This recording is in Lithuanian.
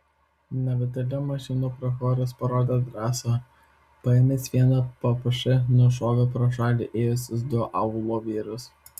nebetoli mašinų prochoras parodė drąsą paėmęs vieną ppš nušovė pro šalį ėjusius du aūlo vyrus